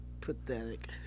Pathetic